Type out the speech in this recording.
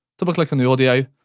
double click on the audio,